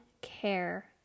care